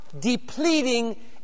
depleting